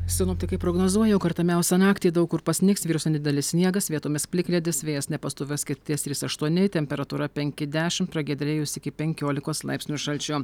sinoptikai prognozuoja jog artimiausią naktį daug kur pasnigs vyraus nedidelis sniegas vietomis plikledis vėjas nepastovios krypties trys aštuoni temperatūra penki dešimt pragiedrėjus iki penkiolikos laipsnių šalčio